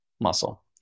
muscle